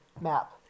map